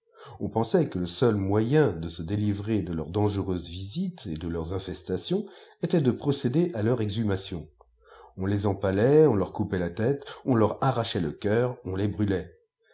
on pensait que le seul moyen de se délivrer de leurs dangereuses visites et de leurs infestations était de procéder à leur exhumation on les empalait on leur coupait la tète on leur arrachait le cœur on les brûlait